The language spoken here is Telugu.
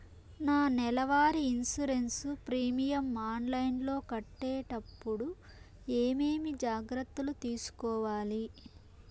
నా నెల వారి ఇన్సూరెన్సు ప్రీమియం ఆన్లైన్లో కట్టేటప్పుడు ఏమేమి జాగ్రత్త లు తీసుకోవాలి?